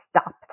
stop